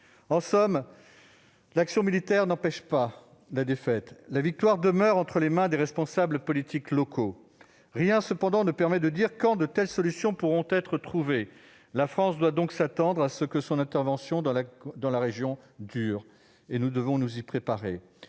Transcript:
En somme, l'action militaire n'empêche pas la défaite ; la victoire demeure entre les mains des responsables politiques locaux. Rien, cependant, ne permet de dire quand de telles solutions pourront être trouvées. La France doit donc s'attendre à ce que son intervention dans la région dure- nous devons nous y préparer.